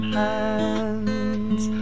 hands